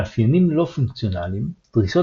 מאפיינים לא פונקציונליים - דרישות